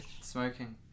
Smoking